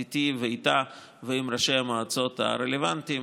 איתי ואיתה ועם ראשי המועצות הרלוונטיים,